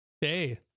hey